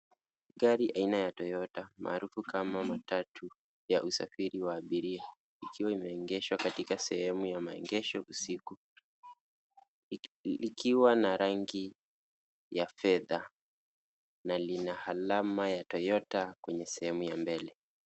Gari aina ya Toyota maarufu kama matatu ya usafiri wa abiria ikiwa imeegeshwa katika sehemu ya maegesho usiku likiwa na rangi ya fedha na lina alama ya Toyota kwenye sehemu ya mbele.